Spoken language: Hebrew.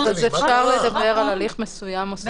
אפשר לדבר על הליך מסוים --- מה הבעיה?